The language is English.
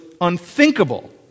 unthinkable